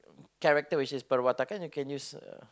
character which is perwatakan you can use uh